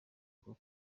rwo